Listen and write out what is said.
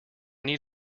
need